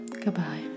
Goodbye